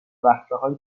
وقفههای